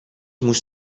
moest